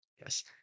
Yes